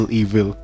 evil